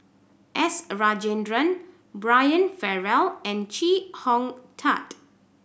S Rajendran Brian Farrell and Chee Hong Tat